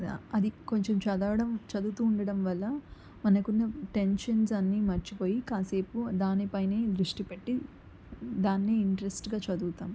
అది కొంచెం చదవడం చదువుతూ ఉండడం వల్ల మనకు ఉన్న టెన్షన్స్ అన్ని మర్చిపోయి కాసేపు దానిపైనే దృష్టి పెట్టి దాన్ని ఇంట్రెస్ట్గా చదువుతాం